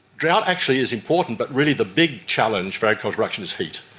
drought actually is important but really the big challenge for agriculture production is heat,